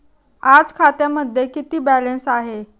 आज खात्यामध्ये किती बॅलन्स आहे?